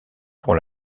pour